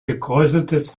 gekräuseltes